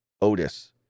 Otis